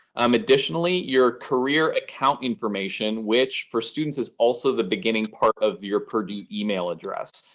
um additionally, your career account information which, for students, is also the beginning part of your purdue email address.